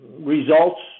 results